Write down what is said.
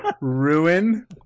ruin